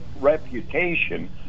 reputation